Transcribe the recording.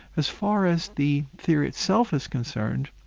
as far as the theory itself is concerned,